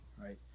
right